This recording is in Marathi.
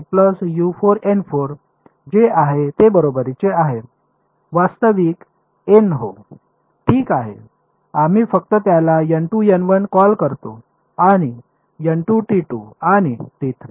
वास्तविक एन हो ठीक आहे आम्ही फक्त त्याला कॉल करतो आणि आणि